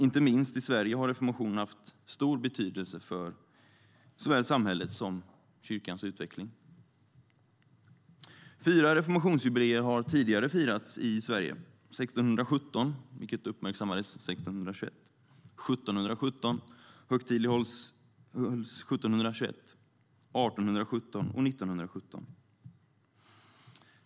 Inte minst i Sverige har reformationen haft stor betydelse för såväl samhällets som kyrkans utveckling. Fyra reformationsjubileer har tidigare firats i Sverige: 1617 - som uppmärksammades 1621 - 1717 - som högtidlighölls 1721 - 1817 och 1917.